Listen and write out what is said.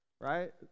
right